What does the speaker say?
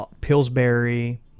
Pillsbury